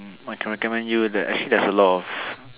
um I can recommend you that actually there's a lot of